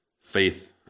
faith